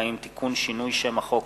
חובת מסירת הודעה בדבר כניסה,